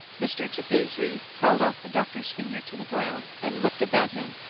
mr. jabizri crawled off the doctor's finger to the ground and looked about him.